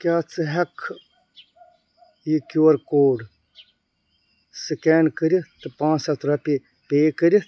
کیٛاہ ژٕ ہیٚکہٕ کھہٕ یہِ کیٛو آر کوڈ سکین کٔرِتھ تہٕ پانٛژھ ہَتھ رۄپیہِ پیٚے کٔرِتھ